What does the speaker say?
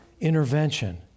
intervention